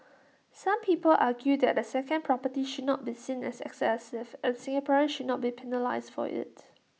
some people argue that A second property should not be seen as excessive and Singaporeans should not be penalised for IT